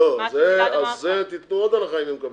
על זה תיתנו עוד הנחה, אם הם מקבלים.